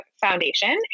foundation